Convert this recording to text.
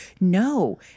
no